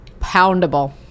poundable